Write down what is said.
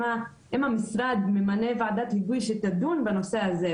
אם המשרד ממנה וועדת היגוי שתדון בנושא הזה,